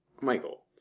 Michael